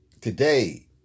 Today